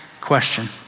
question